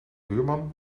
buurman